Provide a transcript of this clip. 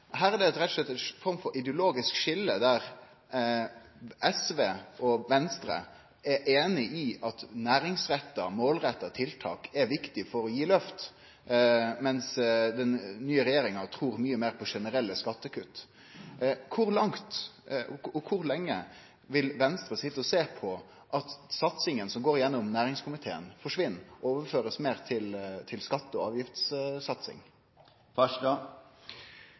Her er det rett og slett ei form for ideologisk skilje, der SV og Venstre er einig i at næringsretta, målretta tiltak er viktig for å gi løft, mens den nye regjeringa trur mykje meir på generelle skattekutt. Kor lenge vil Venstre sitje og sjå på at satsinga som går gjennom næringskomiteen, forsvinn, og at meir blir overført til skatte- og avgiftssatsing?